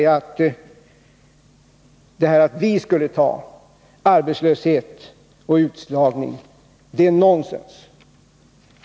Att vi skulle ta arbetslöshet och utslagning är nonsens.